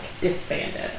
disbanded